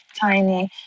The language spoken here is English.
tiny